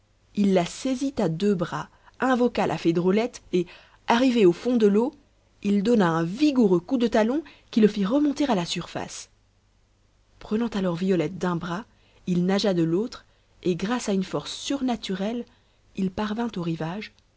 il la saisit à deux bras invoqua la fée drôlette et arrivé au fond de l'eau il donna un vigoureux coup de talon qui le fit remonter à la surface prenant alors violette d'un bras il nagea de l'autre et grâce à une force surnaturelle il parvint au rivage